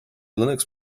linux